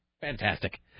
Fantastic